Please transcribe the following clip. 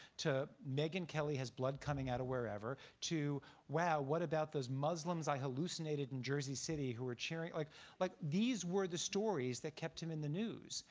to megyn kelly has blood coming out of wherever, to wow, what about those muslims i hallucinated in jersey city who were cheering like like these were the stories that kept him in the news.